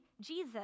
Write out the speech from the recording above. Jesus